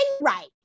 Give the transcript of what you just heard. right